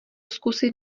zkusit